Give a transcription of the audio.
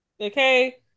okay